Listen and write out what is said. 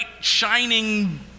shining